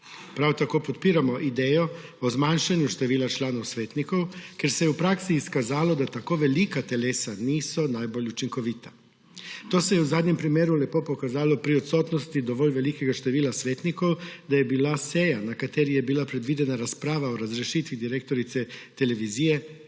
Prav tako podpiramo idejo o zmanjšanju števila članov svetnikov, ker se je v praksi izkazalo, da tako velika telesa niso najbolj učinkovita. To se je v zadnjem primeru lepo pokazalo pri odsotnosti dovolj velikega števila svetnikov, da je bila seja, na kateri je bila predvidena razprava o razrešitvi direktorice Televizije,